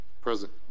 Present